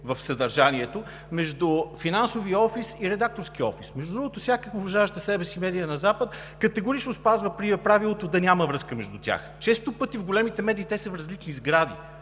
в съдържанието между финансовия офис и редакторския офис. Всяка уважаваща себе си медия на Запад категорично спазва правилото да няма връзка между тях. Често пъти в големите медии те са в различни сгради,